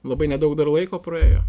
labai nedaug dar laiko praėjo